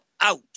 out